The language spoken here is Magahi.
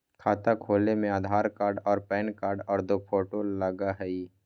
खाता खोले में आधार कार्ड और पेन कार्ड और दो फोटो लगहई?